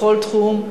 בכל תחום,